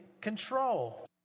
control